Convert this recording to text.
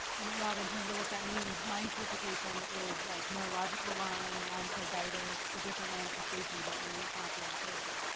and rob, in terms of what that means my interpretation is like neurological lyme, lyme carditis, the different manifestations that may not be arthritic.